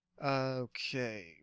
okay